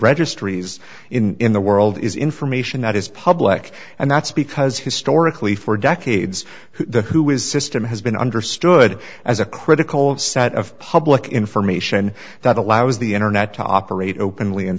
registries in the world is information that is public and that's because historically for decades the who is system has been understood as a critical of the set of public information that allows the internet to operate openly and